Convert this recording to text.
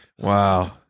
Wow